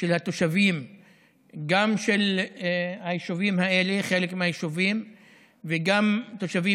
גם של התושבים בחלק מהיישובים האלה וגם של תושבים